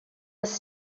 was